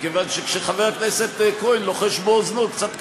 מכיוון שכשחבר הכנסת כהן לוחש באוזנו, קצת קשה.